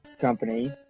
company